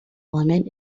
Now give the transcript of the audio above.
element